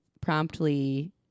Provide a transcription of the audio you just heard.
promptly